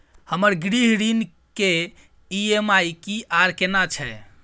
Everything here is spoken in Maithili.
हमर गृह ऋण के ई.एम.आई की आर केना छै?